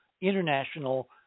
international